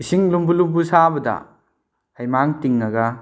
ꯏꯁꯤꯡ ꯂꯨꯝꯕꯨ ꯂꯨꯝꯕꯨ ꯁꯥꯕꯗ ꯍꯩꯃꯥꯡ ꯇꯤꯡꯉꯒ